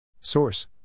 Source